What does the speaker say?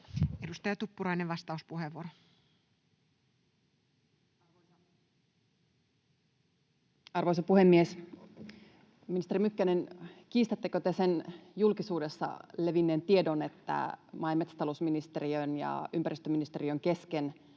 Edustaja Tuppurainen, vastauspuheenvuoro. Arvoisa puhemies! Ministeri Mykkänen, kiistättekö te sen julkisuudessa levinneen tiedon, että maa- ja metsätalousministeriön ja ympäristöministeriön kesken